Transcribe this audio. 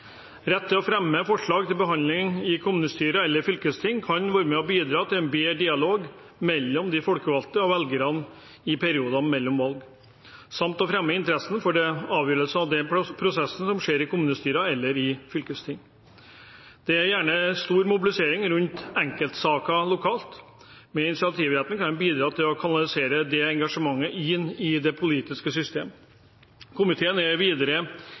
Rett til å fremme forslag til behandling i kommunestyrer eller i fylkesting kan være med på å bidra til en bedre dialog mellom de folkevalgte og velgerne i perioden mellom valg samt å fremme interessen for de avgjørelser og den prosessen som skjer i kommunestyrer eller i fylkesting. Det er gjerne stor mobilisering rundt enkeltsaker lokalt. Med initiativretten kan en bidra til å kanalisere dette engasjementet inn i det politiske systemet. Komiteen er videre